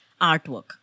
artwork